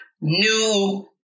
new